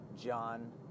John